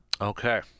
Okay